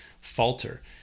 falter